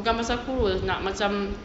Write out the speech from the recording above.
bukan pasal kurus nak macam